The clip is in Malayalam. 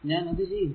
ഞാൻ അത് ചെയ്യുന്നു